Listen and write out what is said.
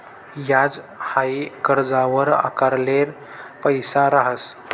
याज हाई कर्जवर आकारेल पैसा रहास